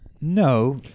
No